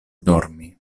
dormi